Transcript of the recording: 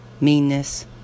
meanness